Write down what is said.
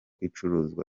icuruzwa